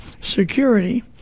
security